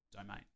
domain